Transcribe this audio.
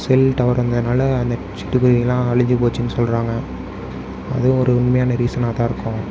செல் டவருங்கனால் அந்த சிட்டு குருவிங்கெல்லாம் அழிஞ்சு போச்சுனு சொல்கிறாங்க அதுவும் ஒரு உண்மையான ரிசானாகதான் இருக்கும்